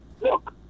Look